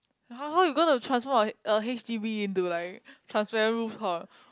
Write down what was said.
how how you going to transform a a H_D_B into like transparent rooftop